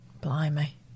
Blimey